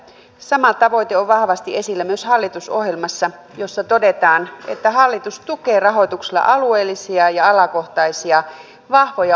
sama tavoite on vahvasti esillä myös hallitusohjelmassa jossa todetaan että hallitus tukee rahoituksella alueellisia ja alakohtaisia vahvoja osaamiskeskittymiä